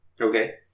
Okay